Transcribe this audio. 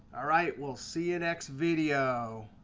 ah right? we'll see you next video.